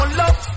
love